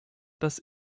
dass